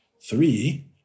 Three